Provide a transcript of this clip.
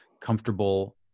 comfortable